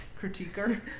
critiquer